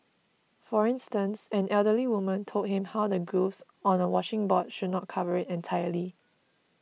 for instance an elderly woman told him how the grooves on a washing board should not cover it entirely